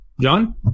John